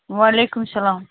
وعلیکُم سَلام